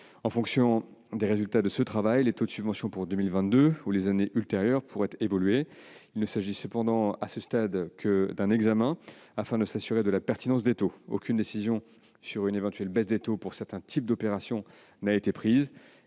En fonction des résultats de ce travail, les taux de subvention pour 2022 ou les années ultérieures pourraient évoluer. Il ne s'agit cependant, à ce stade, que d'un examen, afin de s'assurer de la pertinence des taux. Aucune décision sur une éventuelle baisse des taux pour certains types d'opérations n'a été prise.